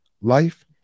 life